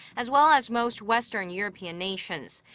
as well as most western european nations.